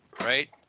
right